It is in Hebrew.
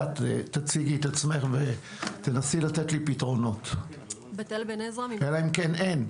תציגי את עצמך ותנסי לתת לי פתרונות אלא אם כן אין.